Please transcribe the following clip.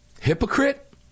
Hypocrite